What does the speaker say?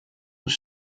was